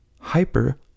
hyper